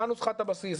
מה נוסחת הבסיס,